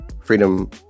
freedom